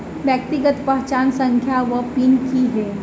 व्यक्तिगत पहचान संख्या वा पिन की है?